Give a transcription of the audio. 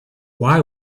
why